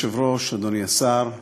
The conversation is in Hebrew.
אדוני היושב-ראש, אדוני השר,